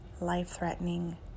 life-threatening